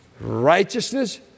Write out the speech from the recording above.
righteousness